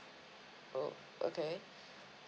oh okay